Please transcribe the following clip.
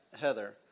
Heather